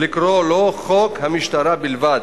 ולקרוא לו "חוק המשטרה" בלבד.